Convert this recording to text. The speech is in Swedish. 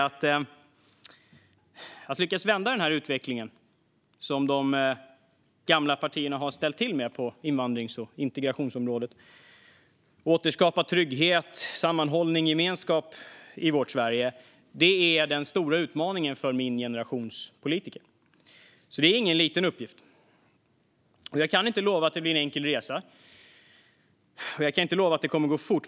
Att lyckas vända den utveckling som de gamla partierna har ställt till med på invandrings och integrationsområdet och återskapa trygghet, sammanhållning och gemenskap i vårt Sverige är den stora utmaningen för min generations politiker. Det är ingen liten uppgift. Jag kan inte lova att det blir en enkel resa, och jag kan inte lova att det kommer att gå fort.